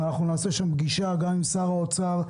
ואנחנו נקיים פגישה גם עם משרד האוצר.